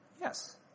Yes